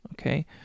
okay